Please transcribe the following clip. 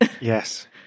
yes